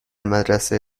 مدرسه